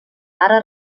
ara